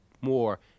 more